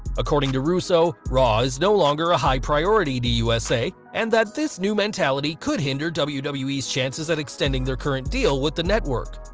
according to russo, raw is no longer a high priority to usa, and that this new mentality could hinder wwe's wwe's chances at extending their current deal with the network.